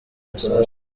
masasu